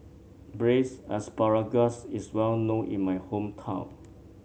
Braised Asparagus is well known in my hometown